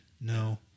No